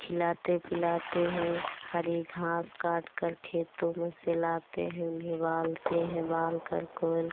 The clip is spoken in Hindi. खिलाते पिलाते हैं हरी घास काटकर खेतों में सिलाते हैं उन्हें उबालते हैं उबालकर कोल